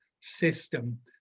system